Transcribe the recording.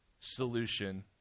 solution